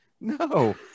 no